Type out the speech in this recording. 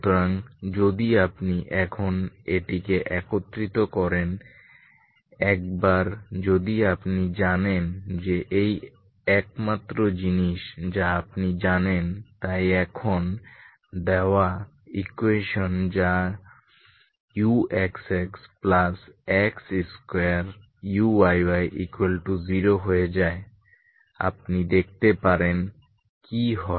সুতরাং যদি আপনি এখন এটিকে একত্রিত করেন একবার যদি আপনি জানেন যে এই একমাত্র জিনিস যা আপনি জানেন তাই এখন দেওয়া ইকুয়েশন যা uxxx2uyy0 হয়ে যায় আপনি দেখতে পারেন কি হয়